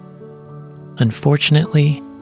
Unfortunately